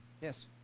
Yes